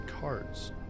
cards